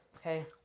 okay